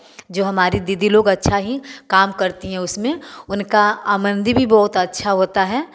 जो हमारी दीदी लोग अच्छा ही काम करती हैं उसमें उनका आमदनी भी बहुत अच्छा होता है